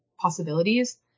possibilities